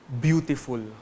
beautiful